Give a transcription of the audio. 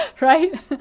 Right